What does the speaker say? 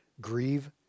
Grieve